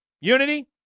Unity